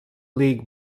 league